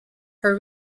her